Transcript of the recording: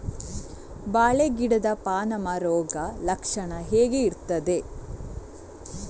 ಬಾಳೆ ಗಿಡದ ಪಾನಮ ರೋಗ ಲಕ್ಷಣ ಹೇಗೆ ಇರ್ತದೆ?